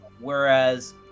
whereas